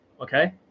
Okay